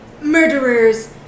murderers